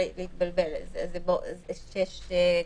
"וכן לתינוק עד גיל שנה"." זה בעצם ההתאמה.